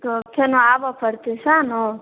तऽ फेन आबऽ पड़तै सएह ने